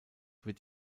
wird